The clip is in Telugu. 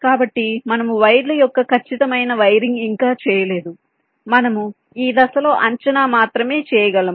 కాబట్టి మనము వైర్ల యొక్క ఖచ్చితమైన వైరింగ్ ఇంకా చేయలేదు మనము ఈ దశలో అంచనా మాత్రమే చేయగలము